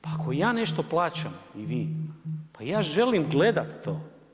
Pa ako ja nešto plaćam i vi, pa ja želim gledati to.